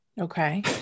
Okay